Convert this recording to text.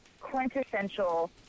quintessential